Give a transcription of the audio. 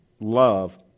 love